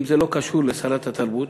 אם זה לא קשור לשרת התרבות,